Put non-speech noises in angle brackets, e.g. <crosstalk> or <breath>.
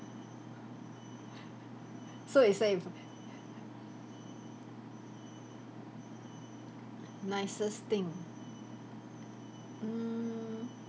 <breath> so it's <breath> nicest thing mm